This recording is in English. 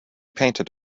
painted